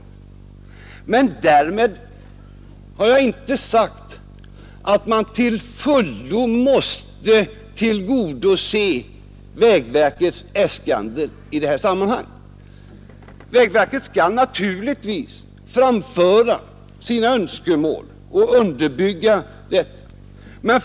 Men därmed är det inte sagt att man till fullo måste tillgodose vägverkets äskanden i detta sammanhang. Vägverket skall naturligtvis framföra sina önskemål och motivera dessa.